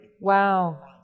Wow